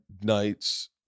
nights